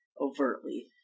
overtly